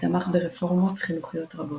ותמך ברפורמות חינוכיות רבות.